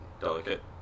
delicate